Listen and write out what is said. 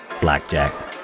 blackjack